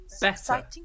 better